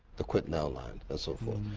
the quit now line and so forth.